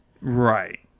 Right